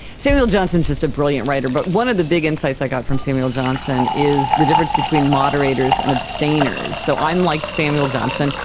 samuel johnson is just a brilliant writer, but one of the big insights i got from samuel johnson is the difference between moderators and abstainers. so i'm like samuel johnson,